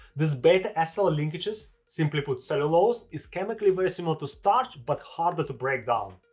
these beta acetal linkages, simply put cellulose, is chemically very similar to starch, but harder to break down.